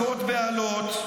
מכות באלות,